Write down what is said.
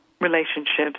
relationships